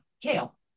kale